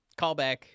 Callback